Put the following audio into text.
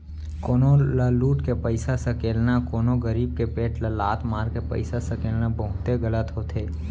कोनो ल लुट के पइसा सकेलना, कोनो गरीब के पेट ल लात मारके पइसा सकेलना बहुते गलत होथे